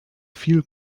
viel